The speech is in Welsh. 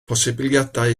posibiliadau